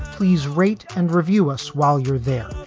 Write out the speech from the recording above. please rate and review us while you're there.